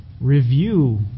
Review